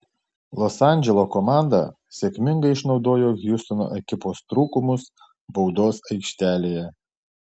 los andželo komanda sėkmingai išnaudojo hjustono ekipos trūkumus baudos aikštelėje